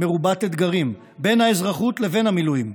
מרובת אתגרים בין האזרחות לבין המילואים.